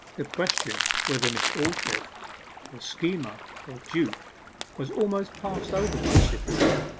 the question whether miss aldclyffe were schemer or dupe was almost passed over by cytherea,